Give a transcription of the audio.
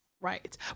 Right